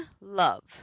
Love